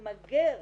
שתמגר